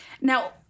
Now